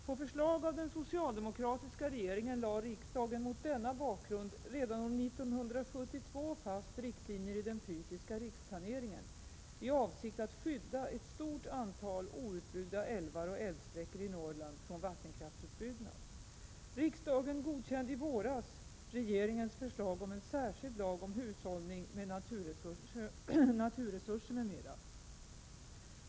På förslag av den socialdemokratiska regeringen lade riksdagen mot denna bakgrund redan år 1972 fast riktlinjer i den fysiska riksplaneringen i avsikt att skydda ett stort antal outbyggda älvar och älvsträckor i Norrland från vattenkraftsutbyggnad. Riksdagen godkände i våras regeringens förslag om en särskild lag om hushållning med naturresurser m.m. .